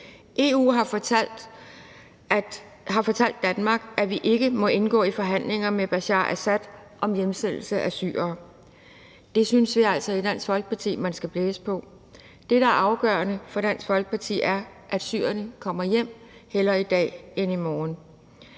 EU har fortalt Danmark, at vi ikke må indgå i forhandlinger med Bashar al-Assad om hjemsendelse af syrere. Det synes vi altså i Dansk Folkeparti at man skal blæse på. Det, der er afgørende for Dansk Folkeparti, er, at syrerne kommer hjem, hellere i dag end i morgen.